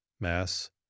mass